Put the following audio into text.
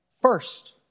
First